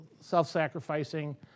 self-sacrificing